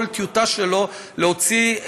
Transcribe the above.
כל טיוטה שלו להוציא.